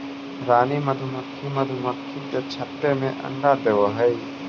रानी मधुमक्खी मधुमक्खी के छत्ते में अंडा देवअ हई